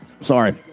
Sorry